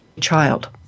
child